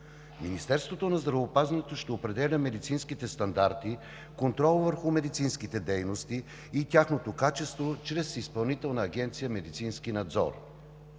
Министерството на здравеопазването ще определя медицинските стандарти, контрола върху медицинските дейности и тяхното качество чрез Изпълнителна агенция „Медицински надзор“.